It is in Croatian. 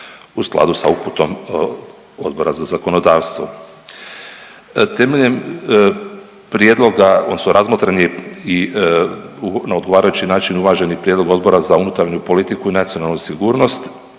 u skladu sa uputom Odbora za zakonodavstvo. Temeljem prijedloga, odnosno razmotren je i na odgovarajući način uvažen i prijedlog Odbora za unutarnju politiku i nacionalnu sigurnost